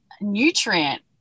nutrient